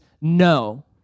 no